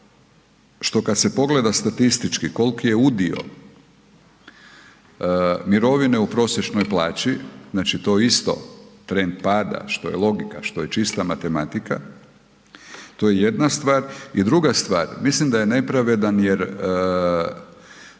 što kada se pogleda statistički koliki je udio mirovine u prosječnoj plaći, to isto trend pada, što je logika, što je čista matematika to je jedna stvar. I druga stvar, mislim da je nepravedan jer